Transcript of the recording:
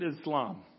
Islam